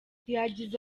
yagize